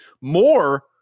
More